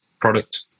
product